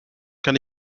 kann